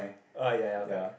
uh ya ya correct